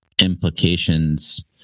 implications